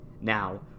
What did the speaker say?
Now